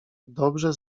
dobrze